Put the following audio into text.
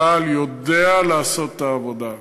צה"ל יודע לעשות את העבודה.